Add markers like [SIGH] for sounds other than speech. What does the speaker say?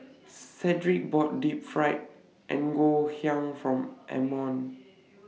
[NOISE] Sedrick bought Deep Fried Ngoh Hiang For Ammon [NOISE]